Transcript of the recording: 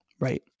Right